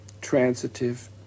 transitive